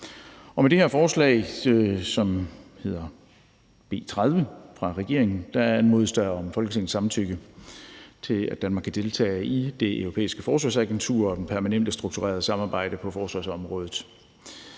beslutningsforslag nr. B 30, fra regeringen anmodes der om Folketingets samtykke til, at Danmark kan deltage i Det Europæiske Forsvarsagentur og Det Permanente Strukturerede Samarbejde på forsvarsområdet.